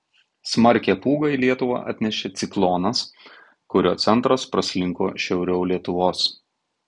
smarkią pūgą į lietuvą atnešė ciklonas kurio centras praslinko šiauriau lietuvos